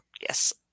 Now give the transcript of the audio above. yes